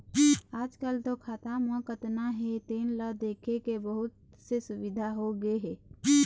आजकाल तो खाता म कतना हे तेन ल देखे के बहुत से सुबिधा होगे हे